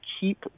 keep